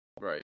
Right